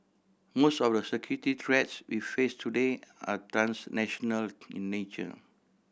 most of the security threats we face today are transnational in nature